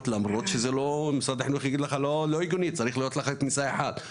על אף שמשרד החינוך יגיד לי שזה לא תקין ושצריכה להיות כניסה אחת.